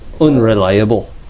unreliable